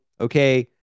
okay